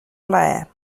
plaer